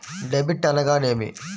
Debit అనగానేమి?